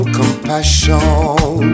compassion